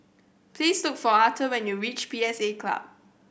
please look for Arthor when you reach P S A Club